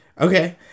Okay